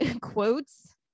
quotes